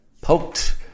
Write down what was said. poked